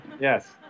yes